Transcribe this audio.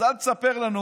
אז אל תספר לנו